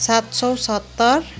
सात सौ सत्तर